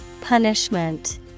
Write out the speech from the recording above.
Punishment